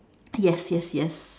yes yes yes